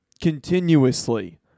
continuously